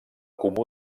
comú